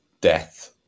death